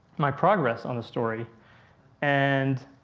my progress on the story and.